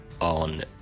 on